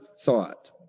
thought